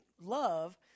love